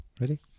Ready